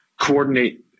coordinate